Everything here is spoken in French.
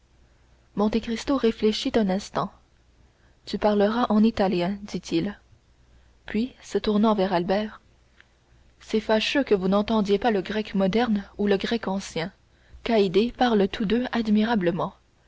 parle monte cristo réfléchit un instant tu parleras en italien dit-il puis se tournant vers albert c'est fâcheux que vous n'entendiez pas le grec moderne ou le grec ancien qu'haydée parle tous deux admirablement